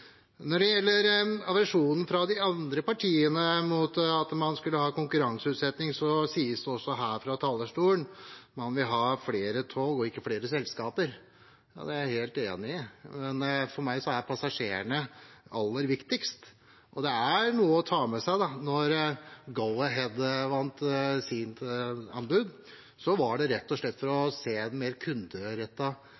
Når det gjelder aversjonen hos de andre partiene mot at man skal ha konkurranseutsetting, sies det også her fra talerstolen at man vil ha flere tog, ikke flere selskaper. Det er jeg helt enig i, men for meg er passasjerene aller viktigst. Og da Go-Ahead vant anbudet, var det rett og slett på grunn av et mer kunderettet og kundetilpasset tilbud, og at man skulle ha flere passasjerer om bord. Så spurte man passasjerene og